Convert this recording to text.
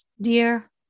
dear